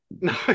No